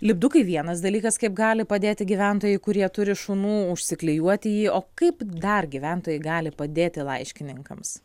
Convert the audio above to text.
lipdukai vienas dalykas kaip gali padėti gyventojai kurie turi šunų užsiklijuoti jį o kaip dar gyventojai gali padėti laiškininkams